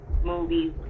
movies